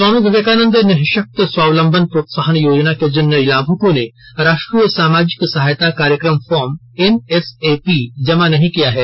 स्वामी विवेकानंद निःशक्त स्वावलंबन प्रोत्साहन योजना के जिन लाभुकों ने राष्ट्रीय सामाजिक सहायता कार्यक्रम फार्म एनएसएपी जमा नहीं किया है